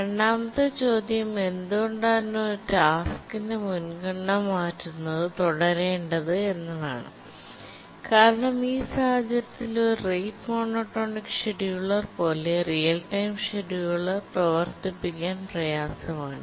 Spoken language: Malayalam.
രണ്ടാമത്തെ ചോദ്യം എന്തുകൊണ്ടാണ് ഒരു ടാസ്ക്കിന്റെ മുൻഗണന മാറ്റുന്നത് തുടരേണ്ടത് എന്നതാണ് കാരണം ഈ സാഹചര്യത്തിൽ ഒരു റേറ്റ് മോണോടോണിക് ഷെഡ്യൂളർ പോലെ റിയൽ ടൈം സ്ചെടുലെർ പ്രവർത്തിപ്പിക്കാൻ പ്രയാസമാണ്